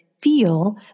feel